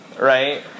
right